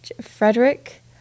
Frederick